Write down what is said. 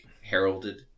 heralded